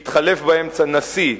שהתחלף באמצע נשיא,